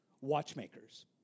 watchmakers